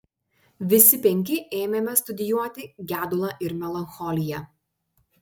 visi penki ėmėme studijuoti gedulą ir melancholiją